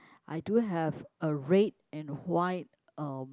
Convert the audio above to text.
I do have a red and white um